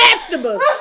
Vegetables